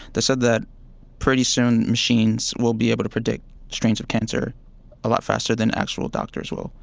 that said that pretty soon machines will be able to predict strains of cancer a lot faster than actual doctors will.